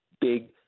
big